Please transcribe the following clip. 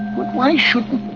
why shouldn't